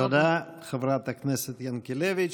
תודה, חברת הכנסת ינקלביץ'.